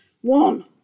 One